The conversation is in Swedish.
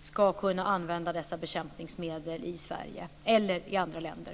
skall kunna använda dessa bekämpningsmedel i Sverige eller i andra länder.